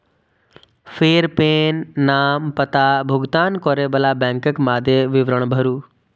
फेर पेन, नाम, पता, भुगतान करै बला बैंकक मादे विवरण भरू